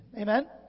Amen